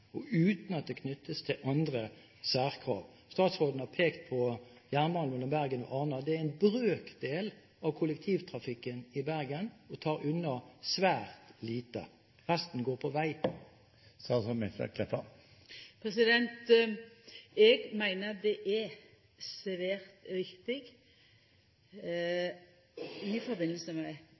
og uten at det knyttes til andre særkrav? Statsråden har pekt på jernbanen mellom Bergen og Arna – det er en brøkdel av kollektivtrafikken i Bergen og tar unna svært lite. Resten går på vei. Eg meiner det er svært viktig at vi i samband med